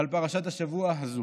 על פרשת השבוע הזו.